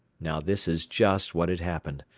now this is just what had happened,